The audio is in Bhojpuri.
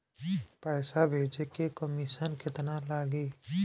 पैसा भेजे में कमिशन केतना लागि?